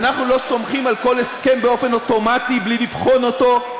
אנחנו לא סומכים על כל הסכם באופן אוטומטי בלי לבחון אותו.